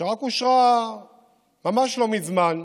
שרק אושרה ממש לא מזמן,